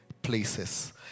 places